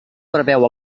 preveu